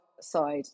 side